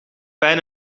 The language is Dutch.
pijn